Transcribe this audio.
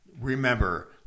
Remember